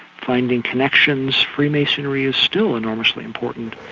finding connections, freemasonry is still enormously important.